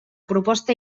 proposta